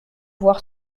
voir